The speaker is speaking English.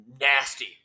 nasty